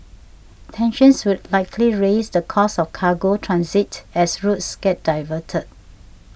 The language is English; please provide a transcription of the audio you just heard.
tensions would likely raise the cost of cargo transit as routes get diverted